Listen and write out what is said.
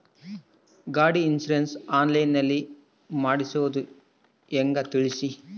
ಗಾಡಿ insurance online ನಲ್ಲಿ ಮಾಡ್ಸೋದು ಹೆಂಗ ತಿಳಿಸಿ?